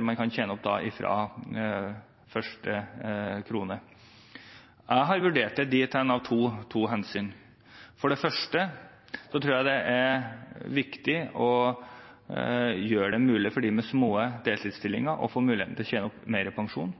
man kan tjene opp fra første krone. Jeg har vurdert det dit hen av to hensyn. For det første tror jeg det er viktig å gjøre det mulig for dem med små deltidsstillinger å tjene opp mer pensjon.